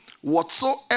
whatsoever